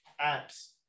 apps